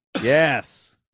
Yes